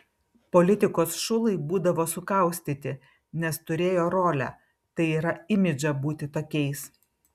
politikos šulai būdavo sukaustyti nes turėjo rolę tai yra imidžą būti tokiais